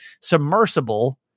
submersible